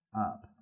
up